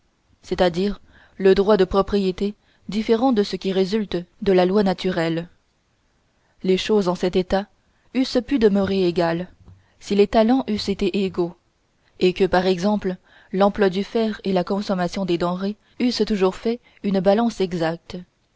c'est-à-dire le droit de propriété différent de celui qui résulte de loi naturelle les choses en cet état eussent pu demeurer égales si les talents eussent été égaux et que par exemple l'emploi du fer et la consommation des denrées eussent toujours fait une balance exacte